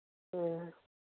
ꯑꯥ